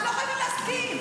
אז לא חייבים להסכים.